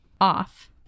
Off